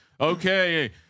Okay